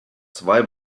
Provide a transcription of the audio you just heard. zwei